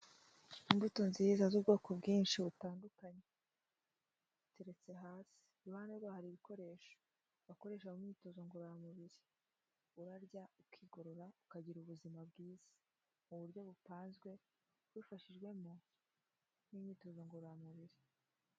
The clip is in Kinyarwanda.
Imbuto nziza z'ubwoko bwinshi butandukanye, biteretse hasi, iruhande rwabyo hari ibikoresho, wakoresha mu myitozo ngororamubiri, urarya ukigorora ukagira ubuzima bwiza, mu buryo busanzwe ubifashijwemo n'imyitozo ngororamubiri.